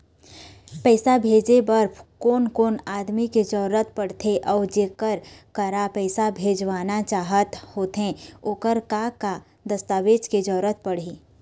पैसा भेजे बार कोन कोन आदमी के जरूरत पड़ते अऊ जेकर करा पैसा भेजवाना चाहत होथे ओकर का का दस्तावेज के जरूरत पड़ही?